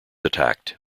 attacked